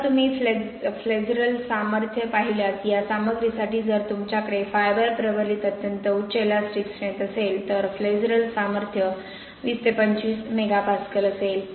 जर तुम्ही फ्लेझरल सामर्थ्य पाहिल्यास या सामग्रीसाठी जर तुमच्याकडे फायबर प्रबलित अत्यंत उच्च इलॅस्टिक स्ट्रेंथ असेल तर फ्लेझरल सामर्थ्य 20 ते 25 मेगापास्कल असेल